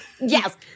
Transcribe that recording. Yes